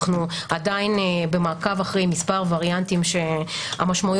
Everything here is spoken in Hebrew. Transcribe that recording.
אנו עדיין במעקב אחר מספר וריאנים שהמשמעויות